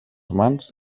mans